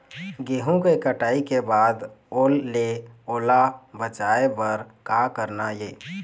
गेहूं के कटाई के बाद ओल ले ओला बचाए बर का करना ये?